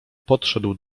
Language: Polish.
podszedł